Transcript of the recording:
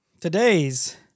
today's